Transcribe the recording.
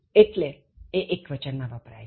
એટલે ત્યારે એ એક્વચન માં વપરાય છે